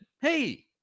Hey